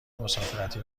مسافرتی